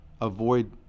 avoid